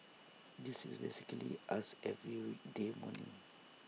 this is basically us every weekday morning